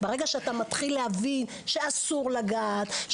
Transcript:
ברגע שאתה מתחיל להבין שאסור לגעת,